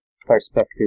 perspective